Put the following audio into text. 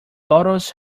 bottles